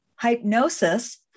Hypnosis